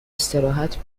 استراحت